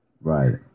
Right